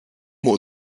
more